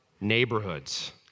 neighborhoods